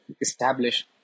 establish